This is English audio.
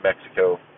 Mexico